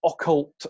occult